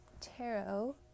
tarot